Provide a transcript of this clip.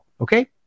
Okay